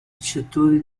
settori